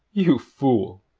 you fool,